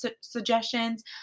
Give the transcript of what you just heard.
suggestions